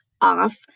off